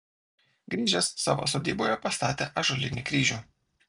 grįžęs savo sodyboje pastatė ąžuolinį kryžių